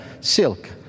silk